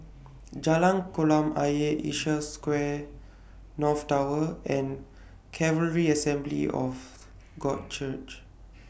Jalan Kolam Ayer Asia Square North Tower and Calvary Assembly of God Church